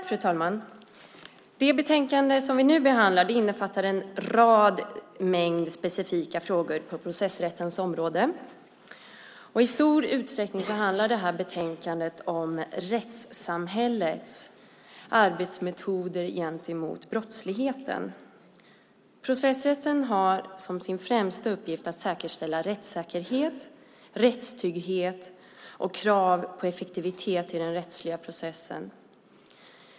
Fru talman! Det betänkande som vi nu behandlar innefattar en mängd specifika frågor på processrättens område. I stor utsträckning handlar betänkandet om rättssamhällets arbetsmetoder gentemot brottsligheten. Processrätten har som sin främsta uppgift att säkerställa rättssäkerhet, rättstrygghet och effektivitet i den rättsliga processen.